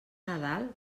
nadal